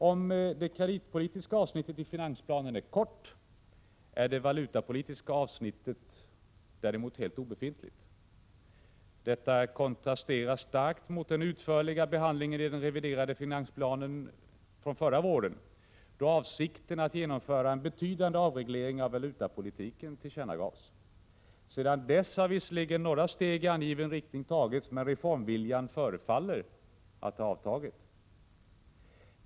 Om det kreditpolitiska avsnittet i finansplanen är kort, är det valutapolitiska avsnittet helt obefintligt. Detta kontrasterar starkt mot den utförliga behandlingen i den reviderade finansplanen från förra våren, då avsikten att genomföra en betydande avreglering av valutapolitiken tillkännagavs. Sedan dess har visserligen några steg i angiven riktning tagits, men reformviljan förefaller ha avtagit.